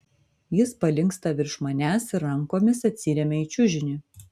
jis palinksta virš manęs ir rankomis atsiremia į čiužinį